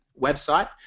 website